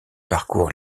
parcourt